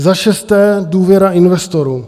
Za šesté důvěra investorů.